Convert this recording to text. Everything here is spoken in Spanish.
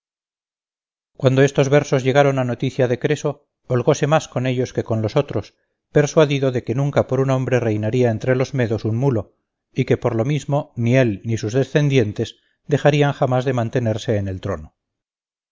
cuando estos versos llegaron a noticia de creso holgóse más con ellos que con los otros persuadido de que nunca por un hombre reinaría entre los medos un mulo y que por lo mismo ni él ni sus descendientes dejarían jamás de mantenerse en el trono